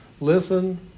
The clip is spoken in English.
Listen